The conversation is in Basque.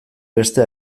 beste